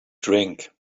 drink